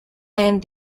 and